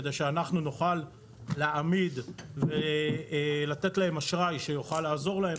כדי שאנחנו נוכל להעמיד להם אשראי שיוכל לעזור להם